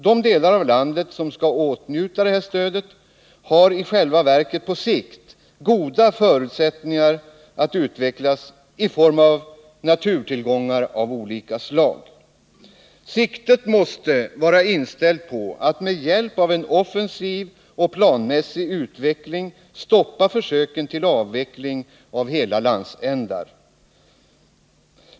De delar av landet som skall åtnjuta stödet har i själva verket på sikt goda förutsättningar att utvecklas i form av naturtillgångar av olika slag. Siktet måste vara inställt på att med hjälp av en offensiv och planmässig utveckling stoppa försöken till avveckling av hela landsändar.